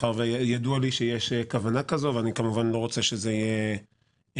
כי אני יודע שיש כוונה כזו ולא רוצה שזה יפתיע